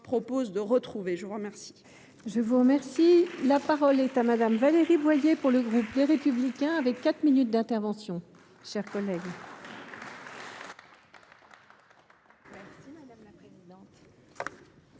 Je vous remercie